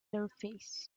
surface